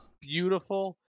beautiful